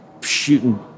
shooting